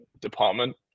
department